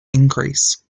increase